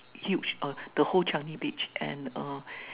huge uh the whole Changi Beach and uh